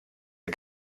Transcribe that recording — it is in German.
der